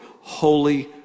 holy